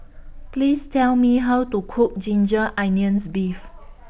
Please Tell Me How to Cook Ginger Onions Beef